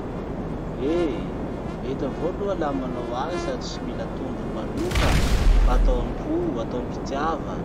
Eh! mety avao aloha laha manao asa tsy mila tombony manoka fa atao ampo atao ampitiava.